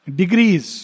degrees